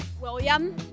William